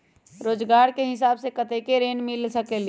रोजगार के हिसाब से कतेक ऋण मिल सकेलि?